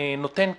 נותן קנס,